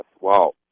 Wow